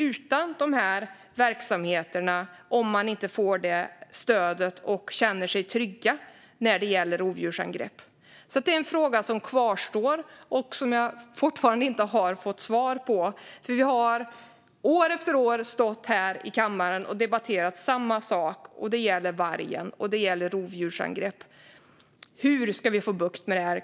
Om de inte känner att de får det stödet och känner sig trygga när det gäller rovdjursangrepp står vi utan de verksamheterna. Det är en fråga som jag fortfarande inte har fått svar på. Vi har år efter år stått här i kammaren och debatterat samma sak. Det gäller vargen, och det gäller rovdjursangrepp. Hur ska vi få bukt med det här?